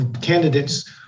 candidates